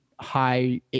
high